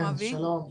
בבקשה.